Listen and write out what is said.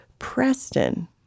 Preston